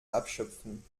abschöpfen